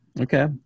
Okay